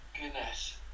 Goodness